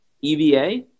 EVA